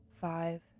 five